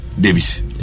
Davis